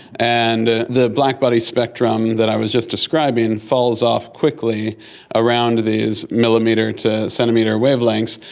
and the black body spectrum that i was just describing falls off quickly around these millimetre to centimetre wavelengths,